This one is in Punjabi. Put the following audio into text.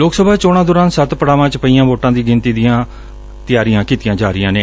ਲੋਕ ਸਭਾ ਚੋਣਾਂ ਦੌਰਾਨ ਸੱਤ ਪੜਾਵਾਂ ਚ ਪਈਆਂ ਵੋਟਾਂ ਦੀ ਗਿਣਤੀ ਦੀਆਂ ਤਿਆਰੀਆਂ ਕੀਤੀਆਂ ਜਾ ਰਹੀਆਂ ਨੇ